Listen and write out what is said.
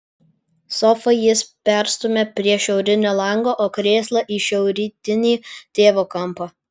sofą jis perstumia prie šiaurinio lango o krėslą į šiaurrytinį tėvo kampą